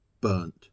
burnt